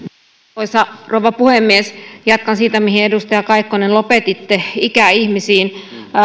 arvoisa rouva puhemies jatkan siitä mihin edustaja kaikkonen lopetitte ikäihmisistä